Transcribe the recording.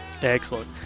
excellent